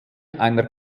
einer